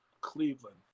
Cleveland